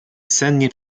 sennie